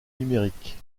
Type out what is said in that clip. numériques